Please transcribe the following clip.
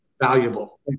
valuable